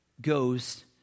goes